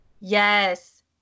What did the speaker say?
Yes